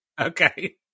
okay